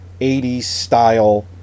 80s-style